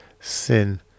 Sin